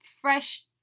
fresh